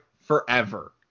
forever